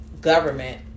government